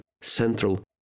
Central